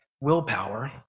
willpower